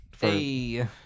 Hey